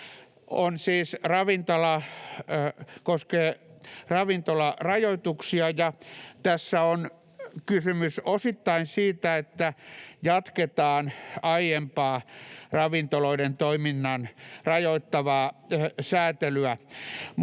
koskee ravintolarajoituksia, ja tässä on kysymys osittain siitä, että jatketaan aiempaa ravintoloiden toimintaa rajoittavaa säätelyä.